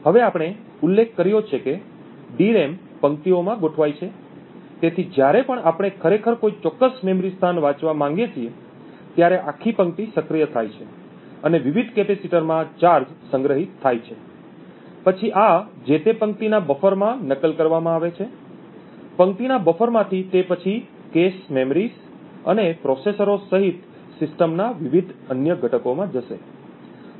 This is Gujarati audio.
હવે આપણે ઉલ્લેખ કર્યો છે કે ડીરેમ પંક્તિઓમાં ગોઠવાય છે તેથી જ્યારે પણ આપણે ખરેખર કોઈ ચોક્કસ મેમરી સ્થાન વાંચવા માંગીએ છીએ ત્યારે આખી પંક્તિ સક્રિય થાય છે અને વિવિધ કેપેસિટરમાં ચાર્જ સંગ્રહિત થાય છે સંગ્રહિતમાંથી પછી આ જે તે પંક્તિના બફરમાં નકલ કરવામાં આવે છે પંક્તિના બફર માંથી તે પછી કૅચ મેમરીઝ અને પ્રોસેસરો સહિત સિસ્ટમના વિવિધ અન્ય ઘટકોમાં જશે